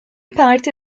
parti